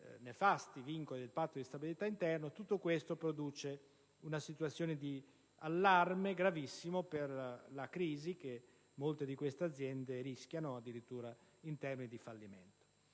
nefasti vincoli del Patto di stabilità interno, produce una situazione di allarme gravissimo per la crisi, e molte di queste aziende rischiano addirittura in termini di fallimento.